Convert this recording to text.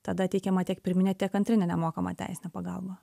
tada teikiama tiek pirminė tiek antrinė nemokama teisinė pagalba